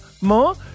more